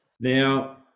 Now